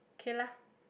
okay lah